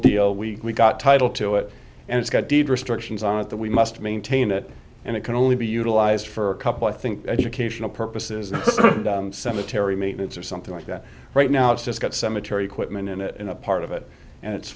deal we got title to it and it's got deed restrictions on it that we must maintain it and it can only be utilized for a couple i think educational purposes cemetery maintenance or something like that right now it's just got cemetery equipment in it and a part of it and it's